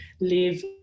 live